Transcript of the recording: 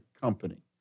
company